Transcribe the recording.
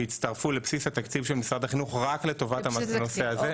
שהצטרפו לבסיס התקציב של משרד החינוך רק לטובת הנושא הזה,